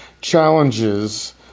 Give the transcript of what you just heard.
challenges